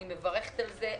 אני מברכת על זה.